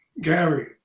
Gary